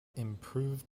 improved